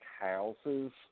houses